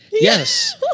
Yes